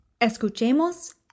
Escuchemos